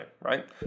right